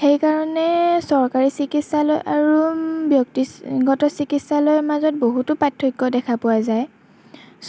সেইকাৰণে চৰকাৰী চিকিৎসালয় আৰু ব্যক্তিগত চিকিৎসালয়ৰ মাজত বহুতো পাৰ্থক্য দেখা পোৱা যায়